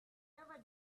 never